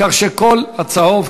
שאסור שיקרה במדינת ישראל.